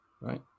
right